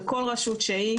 של כל רשות שהיא,